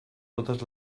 totes